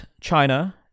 China